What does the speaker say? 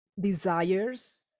desires